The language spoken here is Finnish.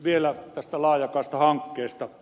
vielä tästä laajakaistahankkeesta